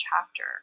chapter